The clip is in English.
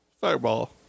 Fireball